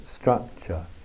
structure